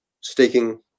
staking